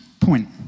point